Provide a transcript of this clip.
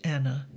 Anna